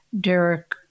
Derek